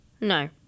No